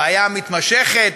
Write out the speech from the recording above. הבעיה המתמשכת,